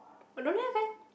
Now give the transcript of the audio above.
but don't have leh